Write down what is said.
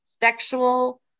sexual